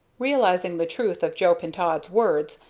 realizing the truth of joe pintaud's words,